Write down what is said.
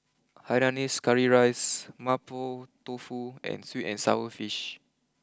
Hainanese Curry Rice Mapo Tofu and sweet and Sour Fish